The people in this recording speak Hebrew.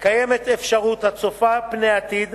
קיימת אפשרות, הצופה פני עתיד,